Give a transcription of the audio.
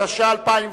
התש"ע 2010,